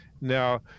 now